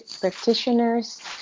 practitioners